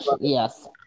Yes